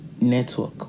Network